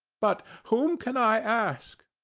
but whom can i ask?